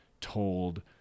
told